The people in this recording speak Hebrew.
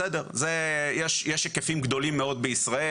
בסדר, זה יש היקפים גדולים מאוד בישראל.